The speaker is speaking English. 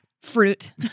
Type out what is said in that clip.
Fruit